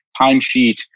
timesheet